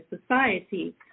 society